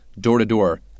door-to-door